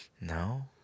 no